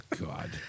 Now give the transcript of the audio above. God